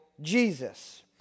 Jesus